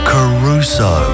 Caruso